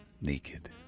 naked